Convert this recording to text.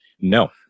No